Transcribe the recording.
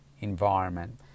environment